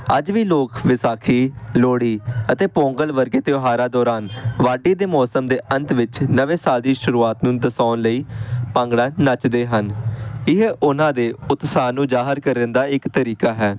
ਅੱਜ ਵੀ ਲੋਕ ਵਿਸਾਖੀ ਲੋਹੜੀ ਅਤੇ ਪੋਂਗਲ ਵਰਗੇ ਤਿਉਹਾਰਾਂ ਦੌਰਾਨ ਵਾਢੀ ਦੇ ਮੌਸਮ ਦੇ ਅੰਤ ਵਿੱਚ ਨਵੇਂ ਸਾਲ ਦੀ ਸ਼ੁਰੂਆਤ ਨੂੰ ਦਰਸਾਉਣ ਲਈ ਭੰਗੜਾ ਨੱਚਦੇ ਹਨ ਇਹ ਉਹਨਾਂ ਦੇ ਉਤਸ਼ਾਹ ਨੂੰ ਜ਼ਾਹਰ ਕਰਨ ਦਾ ਇੱਕ ਤਰੀਕਾ ਹੈ